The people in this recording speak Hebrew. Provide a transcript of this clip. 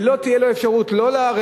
ולא תהיה לו אפשרות לערער,